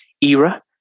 era